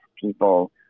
people